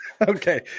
Okay